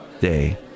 day